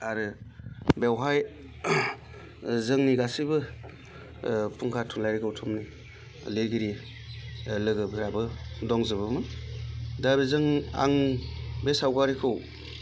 आरो बेवहाय जोंनि गासिबो फुंखा थुनलायारि गौथुमनि लिरगिरि लोगोफोराबो दंजोबोमोन दा बेजों आं बे सावगारिखौ